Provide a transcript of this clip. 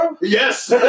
Yes